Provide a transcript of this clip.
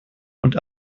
und